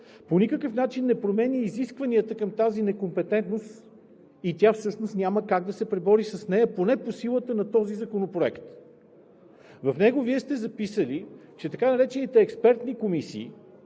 по никакъв начин не променя изискванията към тази некомпетентност и тя всъщност няма как да се пребори с нея – поне по силата на този законопроект. В него Вие сте записали, че така наречените експертни комисии,